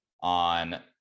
on